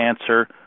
answer